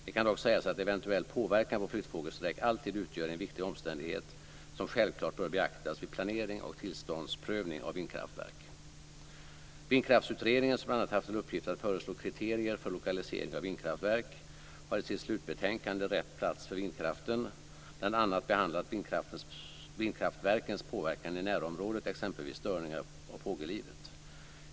Det kan dock sägas att eventuell påverkan på flyttfågelsträck alltid utgör en viktig omständighet som självklart bör beaktas vid planering och tillståndsprövning av vindkraftverk. Vindkraftsutredningen, som bl.a. haft till uppgift att föreslå kriterier för lokalisering av vindkraftverk, har i sitt slutbetänkande, SOU 1999:75, Rätt plats för vindkraften bl.a. behandlat vindkraftverkens påverkan i närområdet, exempelvis störningar av fågellivet.